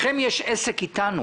לכם יש עסק איתנו